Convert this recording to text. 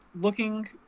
looking